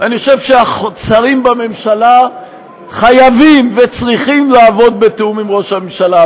אני חושב שהשרים בממשלה חייבים וצריכים לעבוד בתיאום עם ראש הממשלה.